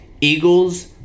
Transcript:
Eagles